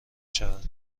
شود